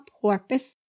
porpoise